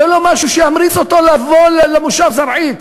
תן לו משהו שימריץ אותו לבוא למושב זרעית,